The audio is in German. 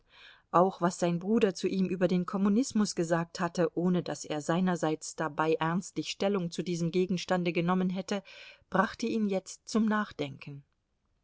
auch was sein bruder zu ihm über den kommunismus gesagt hatte ohne daß er seinerseits dabei ernstlich stellung zu diesem gegenstande genommen hätte brachte ihn jetzt zum nachdenken